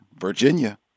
Virginia